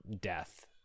death